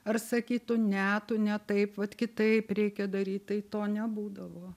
ar sakytų ne tu ne taip vat kitaip reikia daryt tai to nebūdavo